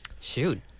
Shoot